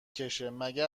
کشهمگه